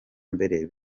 mbere